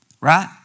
Right